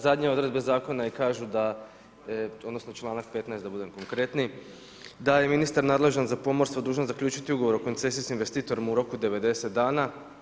Zadnje odredbe zakona kažu odnosno članak 15. da budem konkretniji da je ministar nadležan za pomorstvo dužan zaključiti ugovor o koncesijskim investitorom u roku od 90 dana.